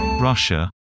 Russia